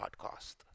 podcast